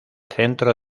centro